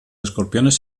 escorpiones